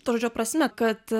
to žodžio prasme kad